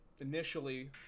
initially